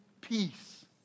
peace